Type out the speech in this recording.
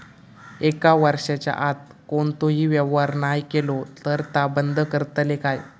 एक वर्षाच्या आत कोणतोही व्यवहार नाय केलो तर ता बंद करतले काय?